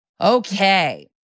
Okay